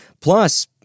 plus